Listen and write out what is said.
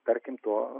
tarkim tuo